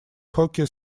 hockey